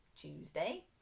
Tuesday